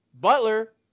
Butler